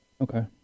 Okay